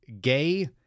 gay